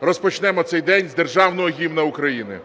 розпочнемо цей день з Державного Гімну України.